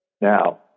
now